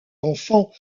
enfants